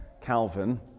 Calvin